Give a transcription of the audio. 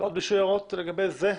עוד הערות לגבי זה?